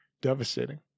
devastating